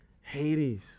Hades